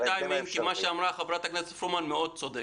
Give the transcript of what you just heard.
לגבי הזמנים כי מה שאמרה חברת הכנסת פרומן מאוד צודק.